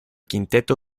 quinteto